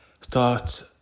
start